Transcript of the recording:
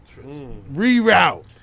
reroute